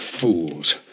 fools